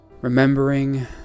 remembering